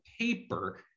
paper